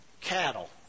Cattle